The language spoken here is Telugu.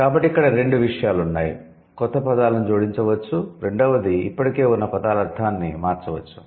కాబట్టి ఇక్కడ రెండు విషయాలున్నాయి క్రొత్త పదాలను జోడించవచ్చు రెండవది ఇప్పటికే ఉన్న పదాల అర్థాన్ని మార్చవచ్చు